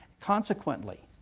consequently,